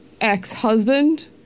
ex-husband